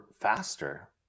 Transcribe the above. faster